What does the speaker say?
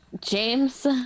James